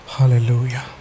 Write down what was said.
Hallelujah